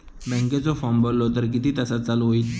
बँकेचो फार्म भरलो तर किती तासाक चालू होईत?